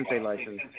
license